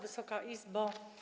Wysoka Izbo!